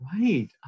right